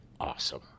awesome